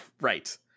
right